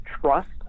trust